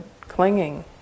clinging